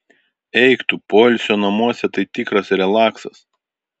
eik tu poilsio namuose tai tikras relaksas